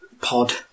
Pod